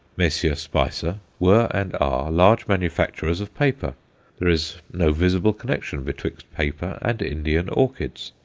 messrs. spicer were and are large manufacturers of paper there is no visible connection betwixt paper and indian orchids.